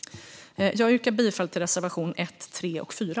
Jag yrkar bifall till reservationerna 1, 3 och 4.